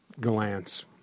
glance